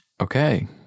Okay